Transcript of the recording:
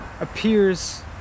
appears